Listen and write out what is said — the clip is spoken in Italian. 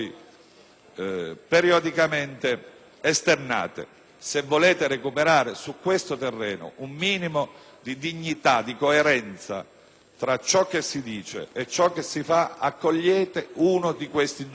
Se volete recuperare su questo terreno un minimo di dignità e di coerenza tra ciò che si dice e ciò che si fa, accogliete uno di questi due emendamenti,